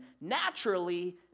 naturally